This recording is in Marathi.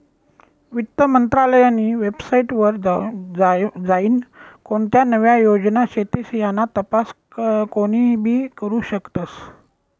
वित्त मंत्रालयनी वेबसाईट वर जाईन कोणत्या नव्या योजना शेतीस याना तपास कोनीबी करु शकस